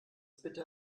bitte